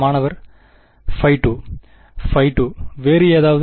மாணவர் 2 2 வேறு ஏதாவது